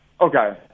okay